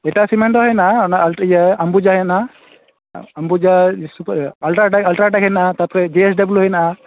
ᱮᱴᱟᱜ ᱥᱤᱢᱮᱱᱴ ᱦᱚᱸ ᱢᱮᱱᱟᱜᱼᱟ ᱚᱱᱟ ᱤᱭᱟᱹ ᱟᱢᱵᱩᱡᱟ ᱦᱮᱱᱟᱜᱼᱟ ᱟᱢᱵᱩᱡᱟ ᱟᱞᱴᱨᱟᱴᱮᱠ ᱟᱞᱴᱨᱟᱴᱮᱠ ᱦᱮᱱᱟᱜᱼᱟ ᱛᱟᱯᱚᱨᱮ ᱡᱤ ᱮᱥ ᱰᱟᱵᱽᱞᱩ ᱦᱮᱱᱟᱜᱼᱟ